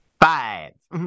Five